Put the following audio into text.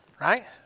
Right